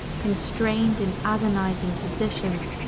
constrained in agonising positions,